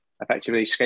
effectively